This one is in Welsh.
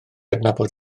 adnabod